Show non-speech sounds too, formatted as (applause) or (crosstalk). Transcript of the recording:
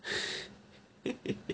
(laughs)